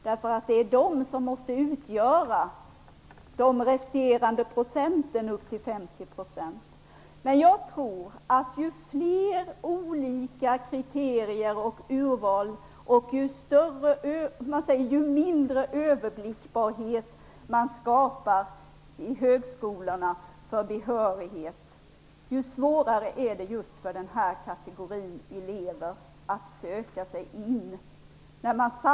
Det är ju de som måste utgöra de resterande procenten upp till Jag tror att ju fler olika urvalskriterier och ju mindre överblickbarhet man skapar för behörighet till högskolorna desto svårare är det för den här kategorin elever att söka till högskolorna.